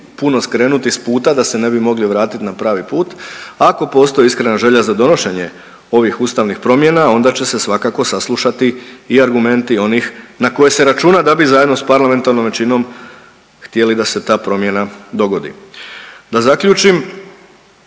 puno skrenuti s puta da se ne bi mogli vratit na pravi put, ako postoji iskrena želja za donošenje ovih ustavnih promjena onda će se svakako saslušati i argumenti onih na koje se računa da bi zajedno s parlamentarnom većinom htjeli da se ta promjena dogodi. Da zaključim,